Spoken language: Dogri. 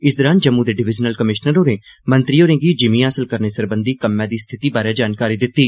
इस दौरान जम्मू दे डिवीजनल कमीष्नर होरें मंत्री होरें गी जिमीं हासल करने सरेबंधी कम्मै दी स्थिति दा जायजा दिती